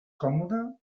còmode